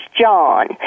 John